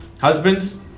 husbands